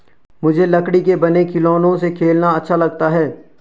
मुझे लकड़ी के बने खिलौनों से खेलना अच्छा लगता है